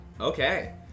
Okay